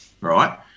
right